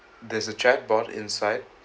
there's a chatbox inside